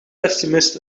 pessimist